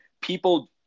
people